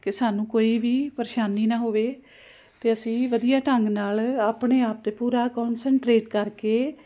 ਕਿ ਸਾਨੂੰ ਕੋਈ ਵੀ ਪਰੇਸ਼ਾਨੀ ਨਾ ਹੋਵੇ ਅਤੇ ਅਸੀਂ ਵਧੀਆ ਢੰਗ ਨਾਲ ਆਪਣੇ ਆਪ 'ਤੇ ਪੂਰਾ ਕੋਨਸਨਟ੍ਰੇਨ ਕਰਕੇ